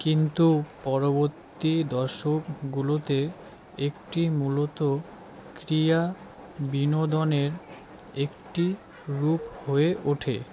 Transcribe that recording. কিন্তু পরবত্তী দশকগুলোতে একটি মূলত ক্রিয়া বিনোদনের একটি রূপ হয়ে ওঠে